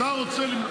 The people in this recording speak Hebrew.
תן לו להחליט.